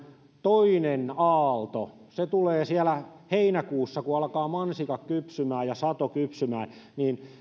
toinen aalto se tulee siellä heinäkuussa kun alkaa mansikat kypsymään ja sato kypsymään niin